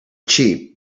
cheap